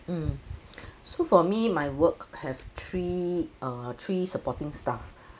mm so for me my work have three uh three supporting staff